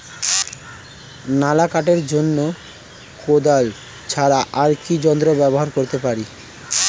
নালা কাটার জন্য কোদাল ছাড়া আর কি যন্ত্র ব্যবহার করতে পারি?